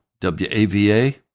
WAVA